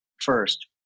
first